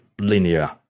linear